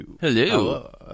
hello